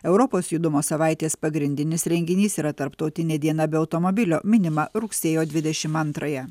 europos judumo savaitės pagrindinis renginys yra tarptautinė diena be automobilio minima rugsėjo dvidešimt antrąją